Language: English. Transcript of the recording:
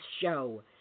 show